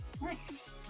Nice